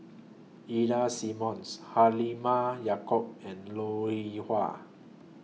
Ida Simmons Halimah Yacob and Lou E Wah